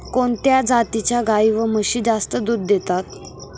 कोणत्या जातीच्या गाई व म्हशी जास्त दूध देतात?